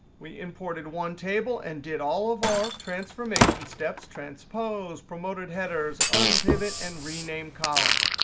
we imported one table and did all of our transformation steps, transpose, promoted headers, unpivot, and rename columns.